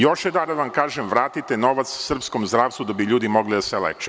Još jednom vam kažem, vratite novac srpskom zdravstvu da bi ljudi mogli da se leče.